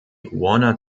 warner